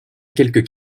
quelques